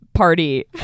party